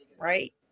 right